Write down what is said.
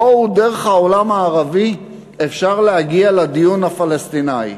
בואו, דרך העולם הערבי אפשר להגיע לדיון הפלסטיני.